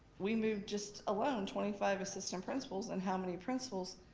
we moved just alone twenty five assistant principals and how many principals